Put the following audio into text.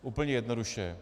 Úplně jednoduše.